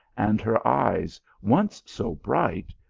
and her eyes, once so bright,